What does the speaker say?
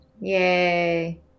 Yay